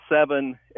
seven